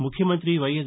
ముఖ్యమంతి వైఎస్